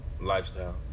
lifestyle